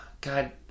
God